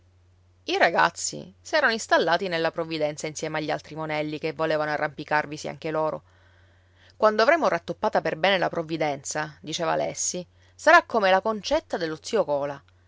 i ragazzi s'erano istallati nella provvidenza insieme agli altri monelli che volevano arrampicarvisi anche loro quando avremo rattoppata per bene la provvidenza diceva alessi sarà come la concetta dello zio cola